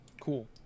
cool